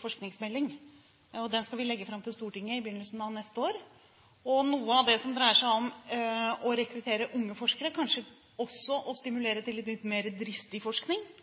forskningsmelding, og den skal vi legge fram for Stortinget i begynnelsen av neste år. Noe av det som dreier seg om å rekruttere unge forskere, kanskje også å stimulere til litt mer dristig forskning